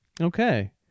Okay